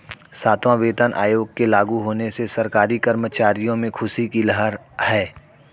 सातवां वेतन आयोग के लागू होने से सरकारी कर्मचारियों में ख़ुशी की लहर है